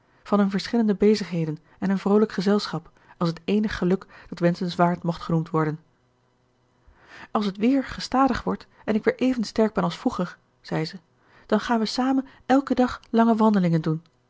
van hun verschillende bezigheden en hun vroolijk gezelschap als het eenig geluk dat wenschenswaard mocht genoemd worden als het weer gestadig wordt en ik weer even sterk ben als vroeger zei ze dan gaan we samen elken dag lange wandelingen doen